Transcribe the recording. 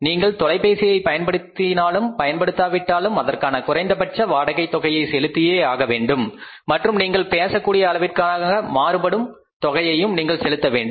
நீங்கள் தொலைபேசியை பயன்படுத்தினாலும் பயன்படுத்தாவிட்டாலும் அதற்கான குறைந்தபட்ச வாடகை தொகையை செலுத்தியே ஆகவேண்டும் மற்றும் நீங்கள் பேசக் கூடிய அளவிற்கான மாறுபடும் தொகையையும் நீங்கள் செலுத்த வேண்டும்